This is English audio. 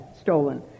stolen